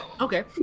Okay